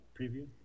preview